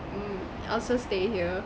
mm I'll just stay here